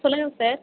சொல்லுங்கள் சார்